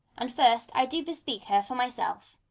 and first i do bespeak her for my self.